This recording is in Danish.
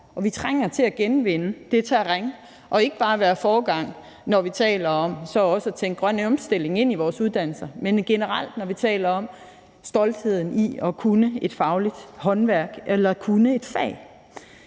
Vi trænger til at genvinde det terræn og ikke bare være foregangsland, når vi taler om også at tænke grøn omstilling ind i vores uddannelser, men generelt, når vi taler om stoltheden i at kunne et fagligt håndværk eller kunne et fag.